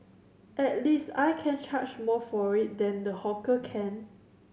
at least I can charge more for it than the hawker can